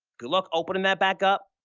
good luck opening that back up,